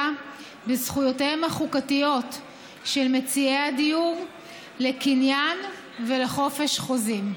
בזכויותיהם החוקתיות של מציעי הדיור לקניין ולחופש החוזים.